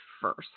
first